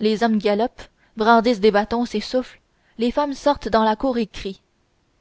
les hommes galopent brandissent des bâtons s'essoufflent les femmes sortent dans la cour et crient